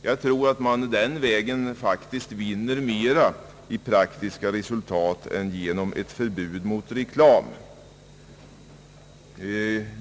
Jag tror att man den vägen vinner mera i praktiska resultat än genom ett förbud mot reklam.